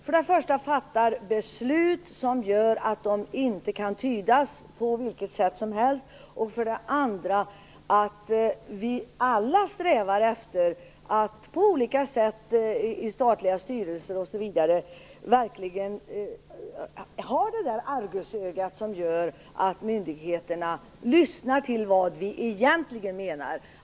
För det första skall vi fatta beslut som inte kan tydas på vilket sätt som helst och för det andra skall vi på olika sätt sträva efter att man i statliga styrelser osv. verkligen har det argusöga som gör att myndigheterna lyssnar till vad riksdagen egentligen menar.